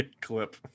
clip